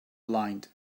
blind